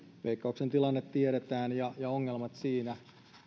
veikkauksen tilanne tiedetään ja ongelmat siinä